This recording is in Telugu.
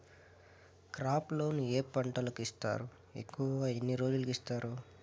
క్రాప్ లోను ఏ పంటలకు ఇస్తారు ఎక్కువగా ఎన్ని రోజులకి ఇస్తారు